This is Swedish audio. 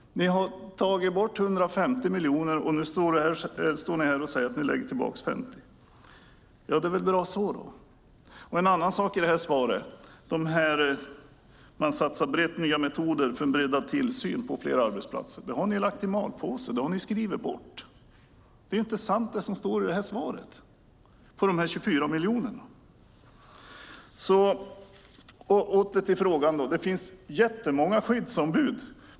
Ni har tagit bort 150 miljoner kronor, och nu står arbetsmarknadsministern här och säger att ni lägger tillbaka 50 miljoner. Ja, det är väl bra så då. En annan sak som står i svaret är att ni satsar brett på nya metoder för en breddad tillsyn på flera arbetsarbetsplatser. Det har ni ju lagt i malpåse, det har ni skrivit bort. Det är inte sant det som står i svaret om de 24 miljonerna. Åter till frågan. Det finns jättemånga skyddsombud.